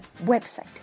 website